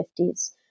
1950s